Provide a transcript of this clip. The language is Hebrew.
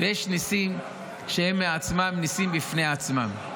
ויש ניסים שהם ניסים בפני עצמם.